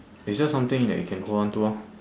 it's just something that you can hold on to lor